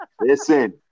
Listen